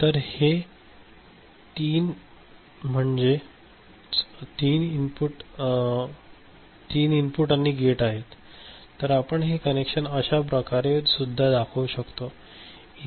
तर हे तीन म्हणजेच हे तीन इनपुट आणि गेट आहे तर आपण हे कनेक्शन अश्या प्रकारे सुद्धा दाखवू शकतो